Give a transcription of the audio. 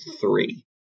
three